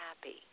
happy